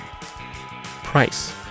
Price